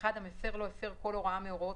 העיצום הכספי(1) המפר לא הפר כל הוראה מהוראות